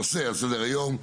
הנושא על סדר היום: